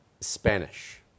Spanish